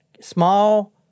Small